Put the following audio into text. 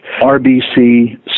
RBC